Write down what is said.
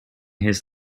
his